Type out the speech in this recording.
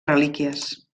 relíquies